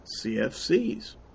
CFCs